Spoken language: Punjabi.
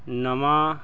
ਨਵਾਂ